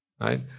right